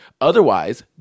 Otherwise